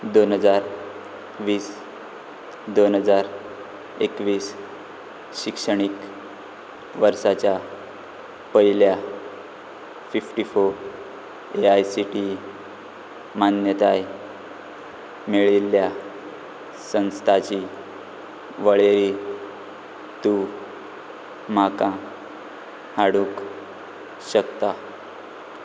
दोन हजार वीस दोन हजार एकवीस शिक्षणीक वर्साच्या पयल्या fifty four A I C T E मान्यताय मेळिल्ल्या संस्थाची वळेरी तूं म्हाका हाडूंक शकता